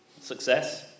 success